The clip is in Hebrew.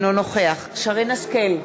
אינו נוכח שרן השכל,